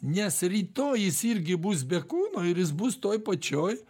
nes rytoj jis irgi bus be kūno ir jis bus toj pačioj